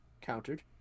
countered